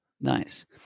Nice